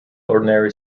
ordinary